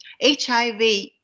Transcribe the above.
HIV